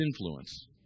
influence